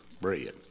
bread